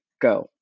go